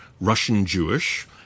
Russian-Jewish